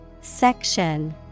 Section